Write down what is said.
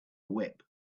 whip